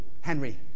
Henry